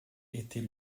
était